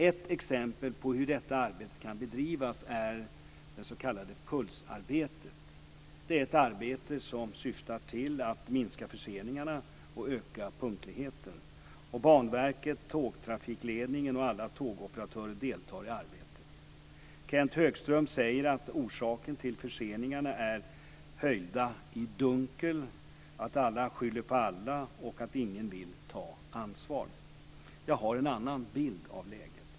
Ett exempel på hur detta arbete kan bedrivas är det s.k. PULS-arbetet. Det är ett arbete som syftar till att minska förseningarna och öka punktligheten. Banverket, Tågtrafikledningen och alla tågoperatörer deltar i arbetet. Kenth Högström säger att orsaken till förseningarna är höljda i dunkel, att alla skyller på alla och att ingen vill ta ansvar. Jag har en annan bild av läget.